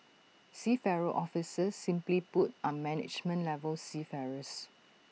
seafarer officers simply put are management level seafarers